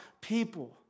people